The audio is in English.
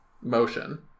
motion